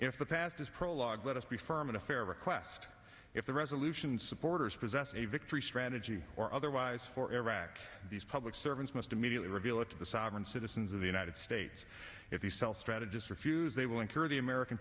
if the past is prologue let us be firm and fair request if the resolution supporters possess a victory strategy or otherwise for ever these public servants must immediately reveal it to the sovereign citizens of the united states if you sell strategists refuse they will incur the american